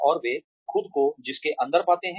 औरवे खुद को जिसके अंदर पाते हैं